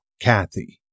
Kathy